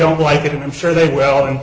don't like it and i'm sure they wel